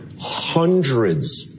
hundreds